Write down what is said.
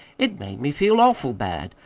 it made me feel awful bad.